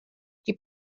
die